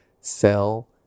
sell